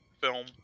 film